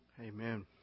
Amen